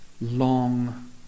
long